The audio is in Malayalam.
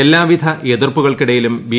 എല്ലാവിധ എതിർപ്പുകൾക്കിടയിലും ബി